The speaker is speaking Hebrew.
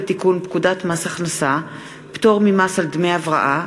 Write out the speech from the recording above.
הצעת חוק לתיקון פקודת מס הכנסה (פטור ממס על דמי הבראה),